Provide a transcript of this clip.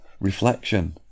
reflection